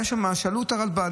הבעיה שם, שאלו את הרלב"ד.